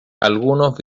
algunos